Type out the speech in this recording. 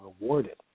rewarded